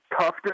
tough